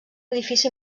edifici